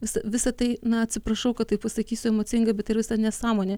nes visa tai na atsiprašau kad taip pasakysiu emocingai bet yra visa nesąmonė